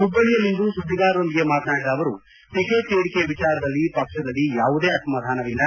ಹುಬ್ಲಳ್ಳಿಯಲ್ಲಿಂದು ಸುದ್ದಿಗಾರರೊಂದಿಗೆ ಮಾತನಾಡಿದ ಅವರು ಟಕೆಟ್ ನೀಡಿಕೆ ವಿಚಾರದಲ್ಲಿ ಪಕ್ಷದಲ್ಲಿ ಯಾವುದೇ ಅಸಮಾಧಾನವಿಲ್ಲ